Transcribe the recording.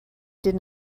did